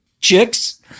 chicks